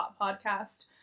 podcast